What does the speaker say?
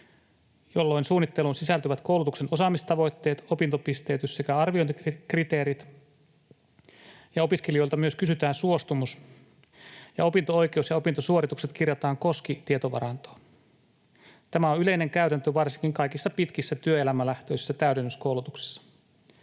jolloin suunnitteluun sisältyvät koulutuksen osaamistavoitteet, opintopisteytys sekä arviointikriteerit. Opiskelijoilta myös kysytään suostumus. Opinto-oikeus ja opintosuoritukset kirjataan Koski-tietovarantoon. Tämä on yleinen käytäntö varsinkin kaikissa pitkissä työelämälähtöisissä täydennyskoulutuksissa.